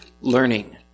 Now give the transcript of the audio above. learning